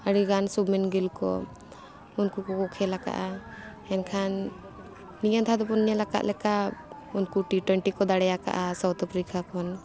ᱟᱹᱰᱤ ᱜᱟᱱ ᱥᱩᱵᱷᱚᱢᱚᱱ ᱜᱤᱞ ᱠᱚ ᱩᱱᱠᱩ ᱠᱚᱠᱚ ᱠᱷᱮᱞ ᱟᱠᱟᱫᱼᱟ ᱮᱱᱠᱷᱟᱱ ᱱᱤᱭᱟᱹ ᱫᱷᱟᱣ ᱫᱚᱵᱚᱱ ᱧᱮᱞ ᱟᱠᱟᱫ ᱞᱮᱠᱟ ᱩᱱᱠᱩ ᱴᱤ ᱴᱩᱭᱮᱴᱤ ᱠᱚ ᱫᱟᱲᱮ ᱟᱠᱟᱫᱼᱟ ᱥᱟᱣᱩᱛᱷ ᱟᱯᱷᱨᱤᱠᱟ ᱠᱷᱚᱱ